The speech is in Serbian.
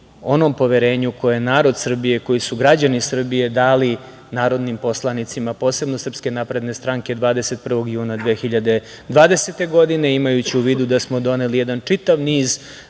onom poverenju koje je narod Srbije, koji su građani Srbije dali narodnim poslanicima, posebno SNS 21. juna 2020. godine, imajući u vidu da smo doneli jedan čitav niz